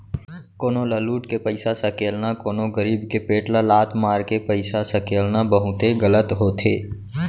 कोनो ल लुट के पइसा सकेलना, कोनो गरीब के पेट ल लात मारके पइसा सकेलना बहुते गलत होथे